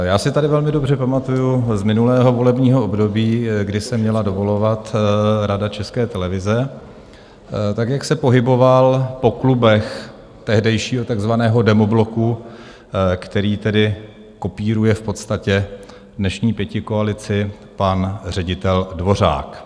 Já si tady velmi dobře pamatuji z minulého volebního období, kdy se měla dovolovat Rada České televize, jak se pohyboval po klubech tehdejšího takzvaného demobloku, který tedy kopíruje v podstatě dnešní pětikoalici, pan ředitel Dvořák.